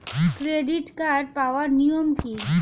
Credit card পাওয়ার নিয়ম কী?